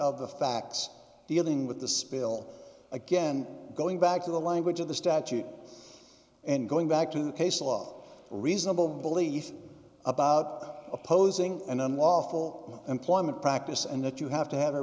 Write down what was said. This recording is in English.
of the facts dealing with the spill again going back to the language of the statute and going back to the case law reasonable belief about opposing an unlawful employment practice and that you have to have a